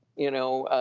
you know,